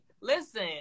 listen